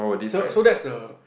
so so that's the